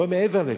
לא מעבר לכך.